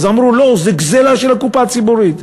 אז אמרו: לא, זה גזלה של הקופה הציבורית.